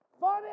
funny